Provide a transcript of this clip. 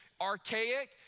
archaic